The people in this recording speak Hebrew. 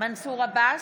מנסור עבאס,